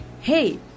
hey